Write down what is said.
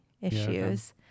issues